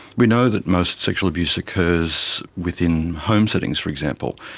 we know that most sexual abuse occurs within home settings for example.